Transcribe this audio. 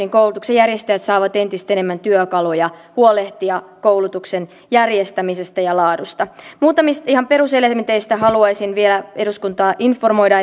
koulutuksen järjestäjät saavat entistä enemmän työkaluja huolehtia koulutuksen järjestämisestä ja laadusta muutamista ihan peruselementeistä haluaisin vielä eduskuntaa informoida